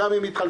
גם אם מתחלפים,